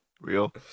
real